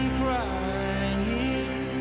crying